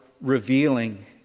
revealing